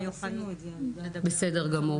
אבל הכנו --- בסדר גמור,